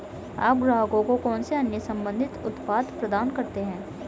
आप ग्राहकों को कौन से अन्य संबंधित उत्पाद प्रदान करते हैं?